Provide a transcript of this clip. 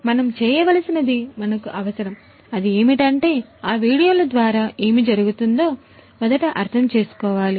కాబట్టి మనం చేయవలసినది మనకు అవసరం అది ఏమిటంటే ఆ వీడియోల ద్వారా ఏమి జరుగుతుందో మొదట అర్థం చేసుకోవాలి